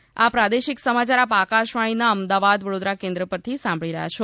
corona સંદેશ આ પ્રાદેશિક સમાચાર આપ આકશવાણીના અમદાવાદ વડોદરા કેન્દ્ર પરથી સાંભળી રહ્યા છે